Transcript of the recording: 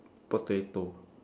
potato